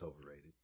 overrated